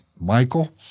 Michael